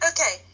Okay